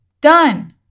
Done